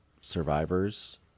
survivors